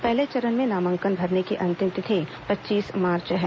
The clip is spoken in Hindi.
पहले चरण में नामांकन भरने की अंतिम तिथि पच्चीस मार्च है